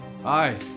Hi